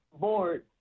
board